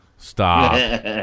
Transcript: Stop